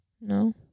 no